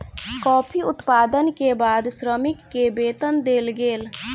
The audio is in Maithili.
कॉफ़ी उत्पादन के बाद श्रमिक के वेतन देल गेल